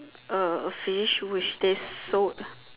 a fish which they sold